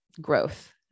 growth